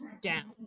down